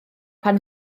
pan